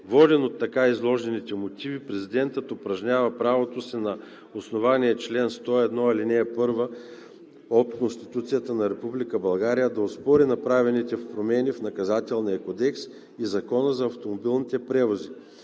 Воден от така изложените мотиви, президентът упражнява правото си на основание член 101, ал. 1 от Конституцията на Република България да оспори направените промени в Наказателния кодекс и в Закона за автомобилните превози,